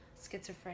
schizophrenia